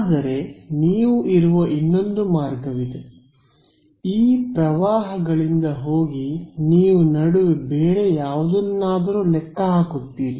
ಆದರೆ ನೀವು ಇರುವ ಇನ್ನೊಂದು ಮಾರ್ಗವಿದೆ ಈ ಪ್ರವಾಹಗಳಿಂದ ಹೋಗಿ ನೀವು ನಡುವೆ ಬೇರೆ ಯಾವುದನ್ನಾದರೂ ಲೆಕ್ಕ ಹಾಕುತ್ತೀರಿ